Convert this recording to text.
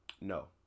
No